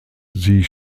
sie